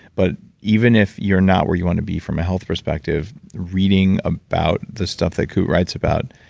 but even if you're not where you want to be, from a health perspective reading about the stuff that kute writes about,